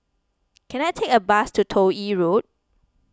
can I take a bus to Toh Yi Road